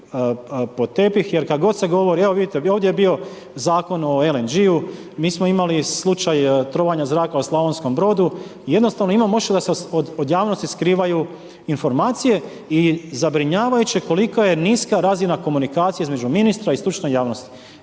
pod tepih jer kad se govori, evo vidite, ovdje je bio Zakon o LNG-u. Mi smo imali slučaj trovanja u Slavonskom Brodu, jednostavno imam osjećaj da se od javnosti skrivaju informacije i zabrinjavajuće koliko je niska razina komunikacije između ministra i stručne javnosti